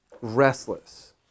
restless